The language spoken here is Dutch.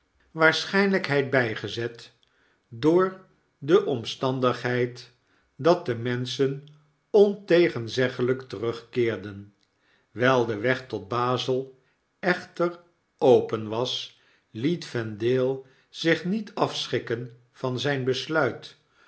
bygezet door de omstandigheid dat de menschen ontegenzeglijk terugkeerden wyl de weg tot bazel echter open was liet vendale zich niet afschrikken van zijn besluit